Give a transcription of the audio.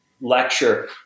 lecture